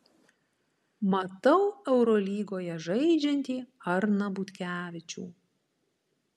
matau eurolygoje žaidžiantį arną butkevičių